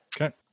Okay